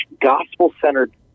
gospel-centered